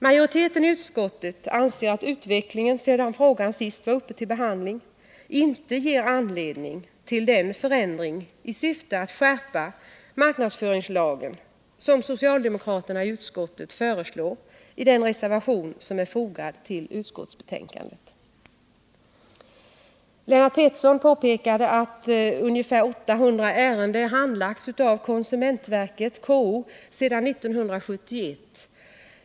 Majoriteten i utskottet anser att utvecklingen sedan frågan senast var uppe till behandling inte ger anledning till den förändring i syfte att skärpa marknadsföringslagen som socialdemokraterna i utskottet föreslår i den reservation som man fogade till utskottsbetänkandet. Lennart Pettersson påpekar att konsumentverket och KO sedan 1971 har handlagt ungefär 800 ärenden.